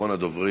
אחרון הדוברים,